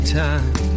time